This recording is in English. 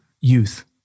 youth